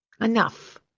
Enough